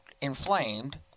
inflamed